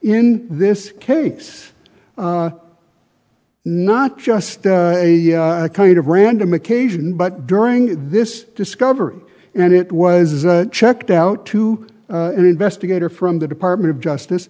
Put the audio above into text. in this case not just a kind of random occasion but during this discovery and it was checked out to an investigator from the department of justice